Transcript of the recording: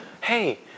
Hey